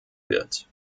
wird